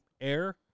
air-